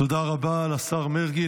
תודה רבה לשר מרגי.